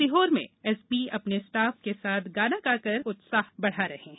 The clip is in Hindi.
सीहोर में एसपी अपने स्टाफ के साथ गाना गाकर लोगों का उत्साह बढा रहे हैं